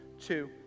two